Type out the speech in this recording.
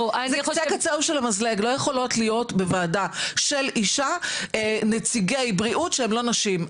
לא יכולים להיות בוועדה של אישה נציגי בריאות שהם לא נשים.